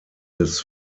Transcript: des